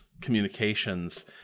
communications